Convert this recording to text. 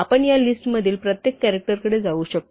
आपण या लिस्टमधील प्रत्येक कॅरॅक्टरकडे कसे जाऊ शकतो